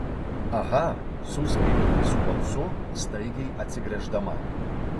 aha suspiegiau visu balsu staigiai atsigręždama